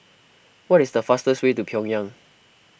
what is the fastest way to Pyongyang